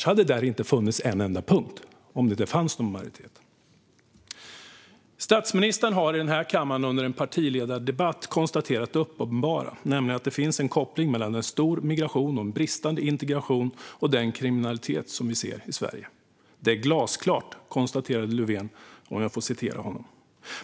Om det inte fanns någon majoritet hade där inte funnits en enda punkt. Statsministern har här i kammaren under en partiledardebatt konstaterat det uppenbara, nämligen att det finns en koppling mellan stor migration, bristande integration och den kriminalitet vi ser i Sverige. "Det är glasklart", konstaterade Löfven, om jag får citera honom.